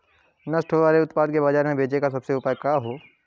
नष्ट होवे वाले उतपाद के बाजार में बेचे क सबसे अच्छा उपाय का हो?